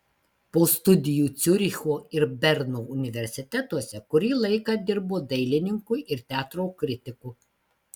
po studijų ciuricho ir berno universitetuose kurį laiką dirbo dailininku ir teatro kritiku